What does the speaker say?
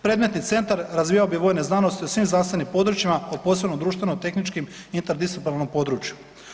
Predmetni centar razvijao bi vojne znanosti u svim znanstvenim područjima o posebno društveno-tehničkom interdisciplinarnom području.